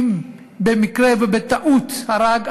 אם במקרה ובטעות הרג,